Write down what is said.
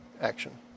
action